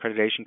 Accreditation